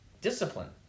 Discipline